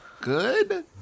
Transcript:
good